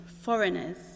foreigners